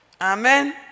Amen